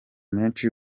menshi